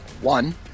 One